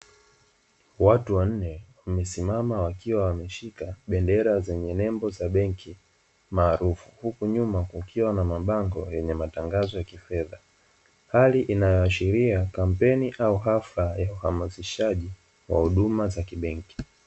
Watu wanne wamesimama wakiwa wameshika bendera zenye nembo za benki maarufu, huku nyuma kukiwa na mabango yenye matangazo ya kifedha. Hali inayoashiria kampeni au hafla ya uhamasishaji wa huduma za kibenki.